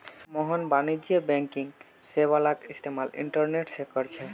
मोहन वाणिज्यिक बैंकिंग सेवालाक इस्तेमाल इंटरनेट से करछे